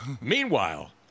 Meanwhile